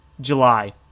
July